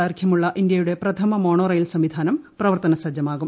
ദൈർഘൃമുള്ള ഇന്തൃയുടെ പ്രഥമ monorail സംവിധാനം പ്രവർത്തനസജ്ജമാകും